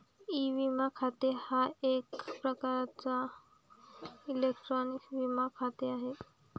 E विमा खाते हा एक प्रकारचा इलेक्ट्रॉनिक विमा खाते आहे